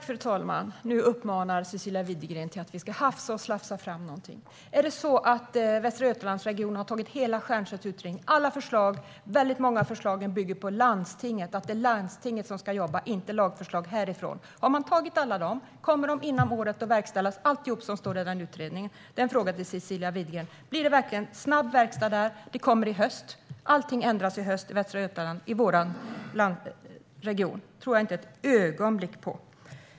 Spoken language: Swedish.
Fru talman! Nu uppmanar Cecilia Widegren oss att hafsa och slafsa fram någonting. Är det så att Västra Götalands region har tagit alla förslag från Stiernstedts utredning? Många av förslagen där bygger på att det är landstingen som ska jobba, inte på lagförslag härifrån. Min fråga till Cecilia Widegren är: Om alla lagförslag beslutas, kommer då allt som står i utredningen att verkställas under året? Blir det verkligen snabb verkstad så att allt kommer att ändras i Västra Götaland, vår region? Det tror jag inte ett ögonblick på.